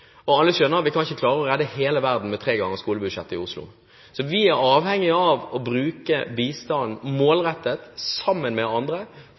og alle skjønner at vi kan ikke klare å redde hele verden med tre ganger skolebudsjettet i Oslo. Vi er avhengig av å bruke bistanden målrettet, sammen med andre,